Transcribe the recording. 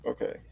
Okay